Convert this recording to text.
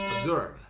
Observe